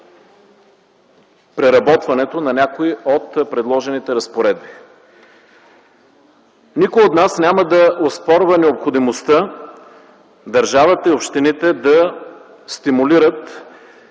преработването на някои от предложените разпоредби. Никой от нас няма да оспорва необходимостта държавата и общините да стимулират